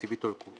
בוקר טוב.